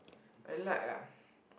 I like ah